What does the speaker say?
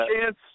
chance